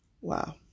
wow